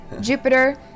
Jupiter